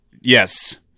Yes